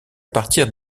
partir